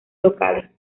locales